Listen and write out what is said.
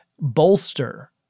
bolster